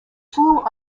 flew